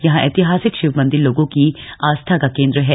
यहां ऐतिहासिक शिव मंदिर लोगों की आस्था का केंद्र है